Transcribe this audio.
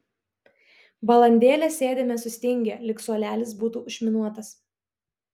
valandėlę sėdime sustingę lyg suolelis būtų užminuotas